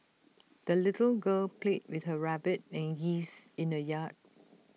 the little girl played with her rabbit and geese in the yard